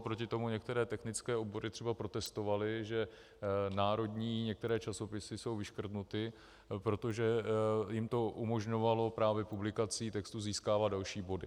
Proti tomu některé technické obory třeba protestovaly, že národní některé časopisy jsou vyškrtnuty, protože jim to umožňovalo právě publikací textů získávat další body.